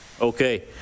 Okay